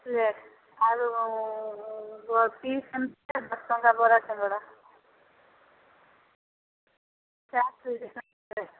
plate ଆଳୁ ଆଉ piece ସେମିତିଆ ଦଶ ଟଙ୍କା ବରା ସିଙ୍ଗଡ଼ା ଚାଟ୍